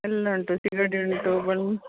ಎಲ್ಲ ಉಂಟು ಸಿಗಡಿ ಉಂಟು ಬನ್